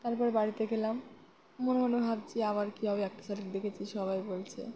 তারপর বাড়িতে গেলাম মনে মনে ভাবছি আবার কী হবে একটা শালিক দেখেছি সবাই বলছে